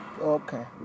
Okay